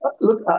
Look